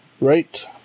Right